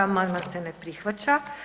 Amandman se ne prihvaća.